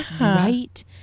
right